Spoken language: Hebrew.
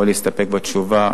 או להסתפק בתשובה,